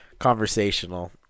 Conversational